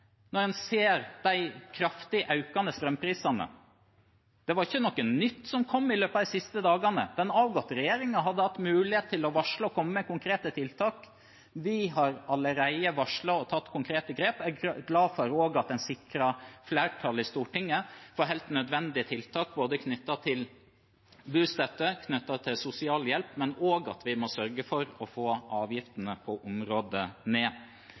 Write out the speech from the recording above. når en ser de kraftig økende strømprisene. Det er ikke noe nytt som har kommet i løpet av de siste dagene. Den avgåtte regjeringen hadde hatt mulighet til å varsle og komme med konkrete tiltak. Vi har allerede varslet og tatt konkrete grep. Jeg er også glad for at en sikrer flertall i Stortinget for helt nødvendige tiltak knyttet til bostøtte og sosialhjelp og at vi må sørge for å få avgiftene på området ned.